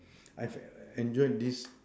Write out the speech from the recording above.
I have en~ enjoyed this